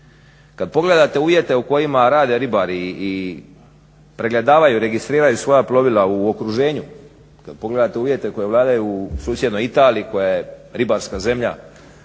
Kad pogledate uvjete u kojima rade ribari i pregledavaju, registriraju svoja plovila u okruženju, kad pogledate uvjete koji vladaju u susjednoj Italiji koja je ribarska zemlja,